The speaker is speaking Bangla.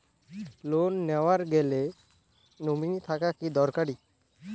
লোন নেওয়ার গেলে নমীনি থাকা কি দরকারী?